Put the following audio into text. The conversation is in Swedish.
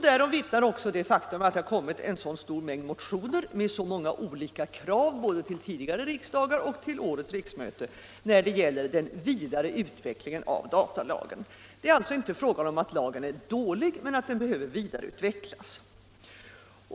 Därom vittnar också det faktum att en så stor mängd motioner med så många olika krav har väckts både vid tidigare riksdagar och vid årets riksmöte, när det gäller den vidare utvecklingen av datalagen. Det är alltså inte fråga om att lagen är dålig, men att den behöver vidareutvecklas.